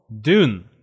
Dune